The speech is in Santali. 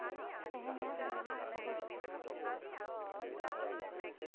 ᱛᱮᱦᱮᱧᱟᱜ ᱱᱟᱦᱟᱜ ᱠᱷᱚᱵᱚᱨ ᱪᱮᱫ